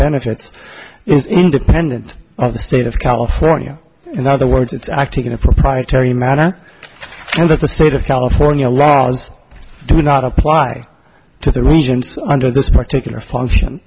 benefits is independent of the state of california in other words it's acting in a proprietary manner and that the state of california laws do not apply to the regions under this particular function